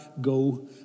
go